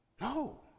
No